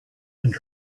and